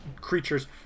creatures